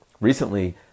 Recently